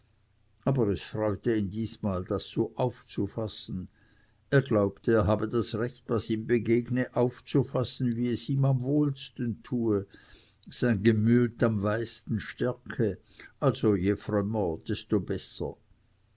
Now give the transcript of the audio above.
aber es freute ihn diesmal das so aufzufassen er glaubte er habe das recht was ihm begegne aufzufassen wie es ihm am wohlsten tue sein gemüt am meisten stärke also je frömmer desto besser